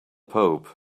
pope